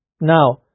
Now